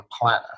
planner